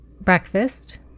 breakfast